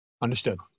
Understood